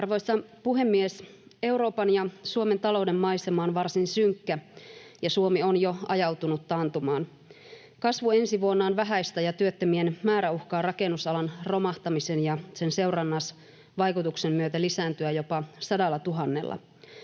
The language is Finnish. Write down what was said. Arvoisa puhemies! Euroopan ja Suomen talouden maisema on varsin synkkä, ja Suomi on jo ajautunut taantumaan. Kasvu ensi vuonna on vähäistä, ja työttömien määrä uhkaa rakennusalan romahtamisen ja sen seurannaisvaikutusten myötä lisääntyä jopa sadallatuhannella.